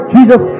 Jesus